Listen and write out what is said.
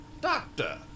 Doctor